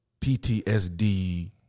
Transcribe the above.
PTSD